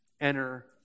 enter